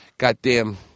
Goddamn